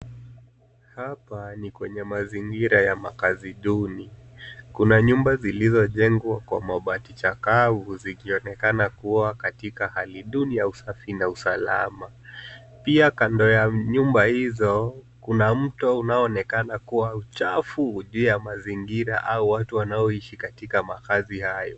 Hapa ni kwenye mazingira ya makazi duni. Kuna nyumba zilizojengwa kwa mabati chakavu zikionekana kuwa katika hali duni ya usafi na usalama. Pia kando ya nyumba hizo kuna mto unaoonekana kuwa uchafu juu ya mazingira au watu wanaoishi katika makazi hayo.